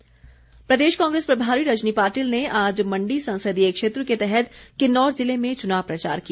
रजनी कांग्रेस प्रदेश कांग्रेस प्रभारी रजनी पाटिल ने आज मण्डी संसदीय क्षेत्र के तहत किन्नौर जिले में चुनाव प्रचार किया